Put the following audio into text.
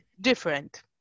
different